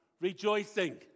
rejoicing